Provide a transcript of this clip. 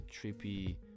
Trippy